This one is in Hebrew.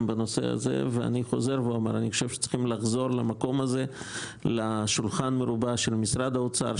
בנושא אני חושב שצריך לחזור לשולחן המרובע של משרד האוצר,